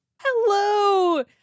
Hello